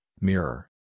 Mirror